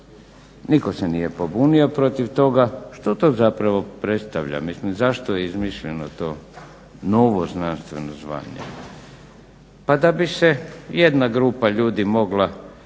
Nitko se nije pobunio protiv toga. Što to zapravo predstavlja? Mislim, zašto je izmišljeno to novo znanstveno zvanje? Pa da bi se jedna grupa ljudi mogla